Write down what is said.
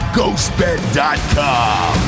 Ghostbed.com